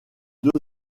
deux